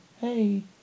Hey